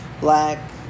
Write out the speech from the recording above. Black